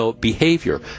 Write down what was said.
behavior